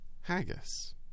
haggis